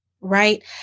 right